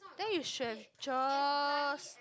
then you should have just